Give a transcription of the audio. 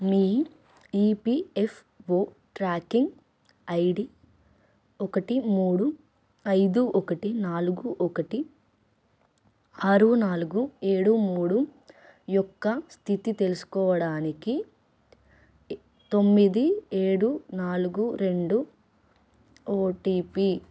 మీ EPFO tracking ID ఒకటి మూడు ఐదు ఒకటి నాలుగు ఒకటి ఆరు నాలుగు ఏడు మూడు యొక్క స్థితి తెలుసుకోవడానికి ఎ తొమ్మిది ఏడు నాలుగు రెండు ఓటీపీ